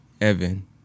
Evan